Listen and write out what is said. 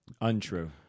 Untrue